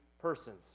persons